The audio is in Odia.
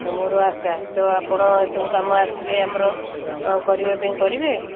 ତ ମୋର ଆଶା ତ ଆପଣ ଏସବୁ କାମ ଆସିବେ ଆମର କରିବା ପାଇଁ କରିବେ